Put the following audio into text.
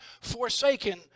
forsaken